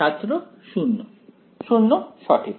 ছাত্র 0 0 সঠিক